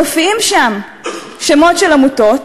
מופיעים שם שמות של עמותות.